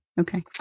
Okay